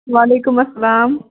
وعلیکُم اَسَلام